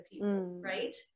right